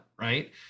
right